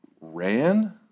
Ran